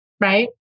right